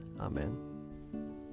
Amen